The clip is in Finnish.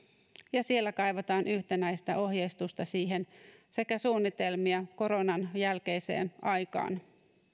ja siellä kaivataan yhtenäistä ohjeistusta siihen sekä suunnitelmia koronan jälkeiseen aikaan